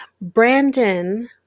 Brandon